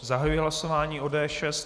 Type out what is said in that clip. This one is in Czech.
Zahajuji hlasování o D6.